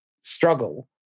struggle